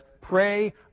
pray